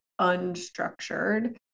unstructured